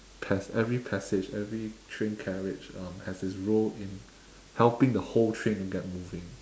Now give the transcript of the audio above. pass~ every passage every train carriage um has his role in helping the whole train to get moving